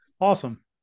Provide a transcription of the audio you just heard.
Awesome